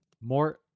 more